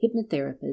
hypnotherapist